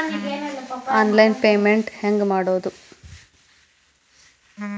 Online payment ಹೆಂಗ್ ಮಾಡೋದು?